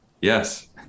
yes